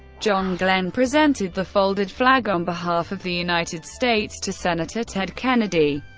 john glenn presented the folded flag on behalf of the united states to senator ted kennedy,